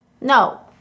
No